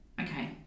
okay